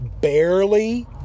barely